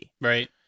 Right